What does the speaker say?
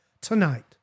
tonight